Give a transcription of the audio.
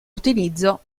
utilizzo